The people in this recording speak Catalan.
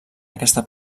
aquesta